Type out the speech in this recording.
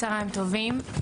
צוהריים טובים.